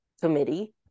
committee